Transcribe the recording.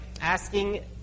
asking